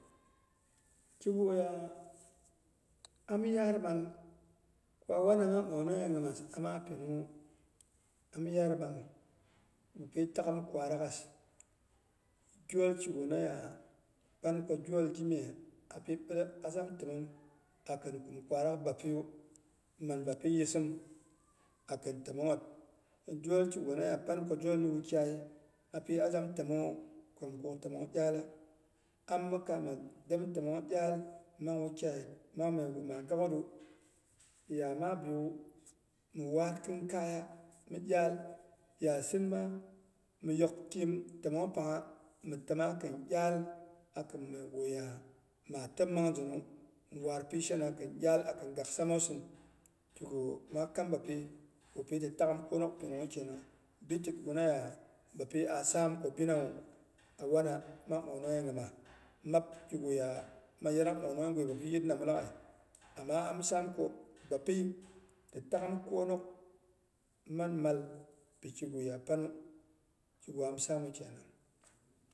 Kiguya am yaat mal ko wana mang ɓongnongyei nyimas ama pinungnwu, am yaar mal bapi tak'shim kwaraghas gyol kignnaya panko gyol gimyes api azam təmong akin təmongnyit. Gyolkkigu nayapan ko gyol niwukyai api azam təmongnwu komɨ kuk təmong iyala, am mɨ kaa mət dem təmong iyala mang wukyaiyat nang megu maa gakgem, ya mabiwu mɨ war khinkaiya mi iyal. Yusinma miyok kim təmong pangha mɨ təma. Khin iyal akin meguya maa təm mang zinu, mɨ war pishenakin iyal akin gak samosin, kigu maa kam bapi, bapiti tak'ghim kwonok pinunghu kenang bi kiguraya bapi asam ko binawu, a wana mang ɓongnongyei nyima, map kiguya man yanang ɓongnongyeiyuga bapi yit namu laghai. Ama am samko bapi titaghim kwonok man mal piki guya pannu kigu am saamu kenang.